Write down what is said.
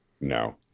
no